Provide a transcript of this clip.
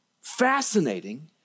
fascinating